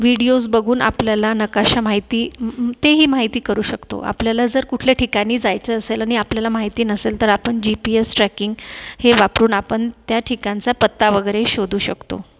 videos बघून आपल्याला नकाशा माहिती तेही माहिती करू शकतो आपल्याला जर कुठल्या ठिकाणी जायचं असेल आणि आपल्याला माहिती नसेल तर आपण जी पी एस ट्रॅकिंग हे वापरून आपण त्या ठिकाणचा पत्ता वगैरे शोधू शकतो